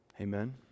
Amen